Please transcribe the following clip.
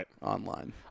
online